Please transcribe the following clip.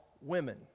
women